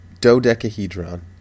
dodecahedron